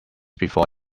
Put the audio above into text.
before